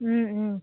ও ও